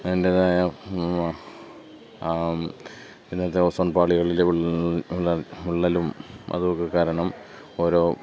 അതിൻ്റേതായ ഇന്നത്തെ ഓസോൺ പാളികളിലുള്ള വിള്ളലും അതൊക്കെ കാരണം ഓരോ